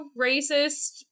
racist